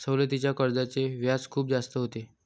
सवलतीच्या कर्जाचे व्याज खूप जास्त होते